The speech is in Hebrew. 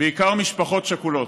בעיקר משפחות שכולות.